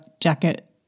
jacket